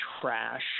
trash –